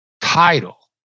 title